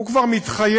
הוא כבר מתחייב